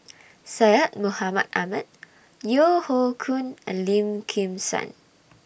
Syed Mohamed Ahmed Yeo Hoe Koon and Lim Kim San